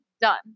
done